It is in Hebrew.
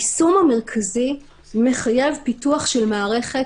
היישום המרכזי מחייב פיתוח של מערכת